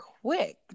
quick